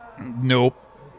Nope